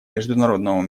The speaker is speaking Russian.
международному